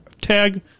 tag